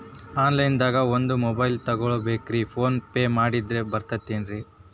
Online ದಾಗ ಒಂದ್ mobile ತಗೋಬೇಕ್ರಿ ಫೋನ್ ಪೇ ಮಾಡಿದ್ರ ಬರ್ತಾದೇನ್ರಿ?